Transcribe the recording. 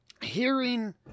hearing